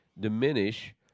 diminish